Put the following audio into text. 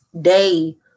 day